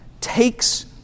takes